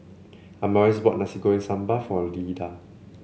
Amaris bought Nasi Goreng Sambal for Lyda